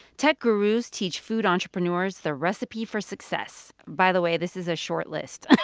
tech gurus teach food entrepreneurs the recipe for success. by the way, this is a short list.